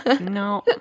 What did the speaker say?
no